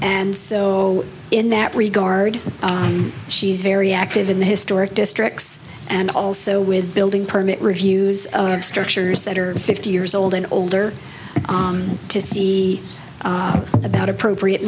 and so in that regard she's very active in the historic districts and also with building permit reviews of structures that are fifty years old and older to see about appropriate